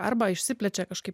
arba išsiplečia kažkaip